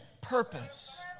Purpose